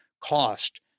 cost